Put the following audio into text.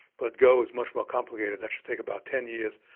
but go is much more complicated. that should take about ten years.